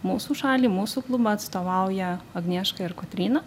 mūsų šalį mūsų klubą atstovauja agnieška ir kotryna